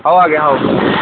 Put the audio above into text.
ହଉ ଆଜ୍ଞା ହଉ